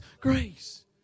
Grace